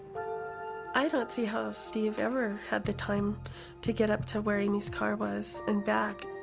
i don't see how steve ever had the time to get up to where amy's car was and back.